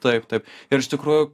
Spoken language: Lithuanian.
taip taip ir iš tikrųjų